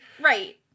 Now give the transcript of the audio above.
Right